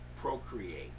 procreate